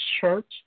church